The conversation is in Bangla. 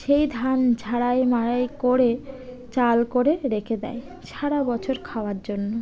সেই ধান ঝাড়াই মারাই করে চাল করে রেখে দেয় সারা বছর খাওয়ার জন্য